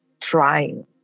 trying